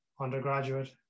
undergraduate